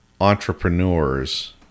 entrepreneurs